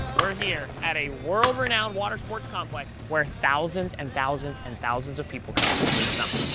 we're here at a world renowned water sports complex where thousands and thousands and thousands of people come every summer.